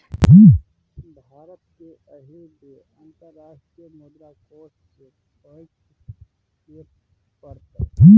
भारतकेँ एहि बेर अंतर्राष्ट्रीय मुद्रा कोष सँ पैंच लिअ पड़तै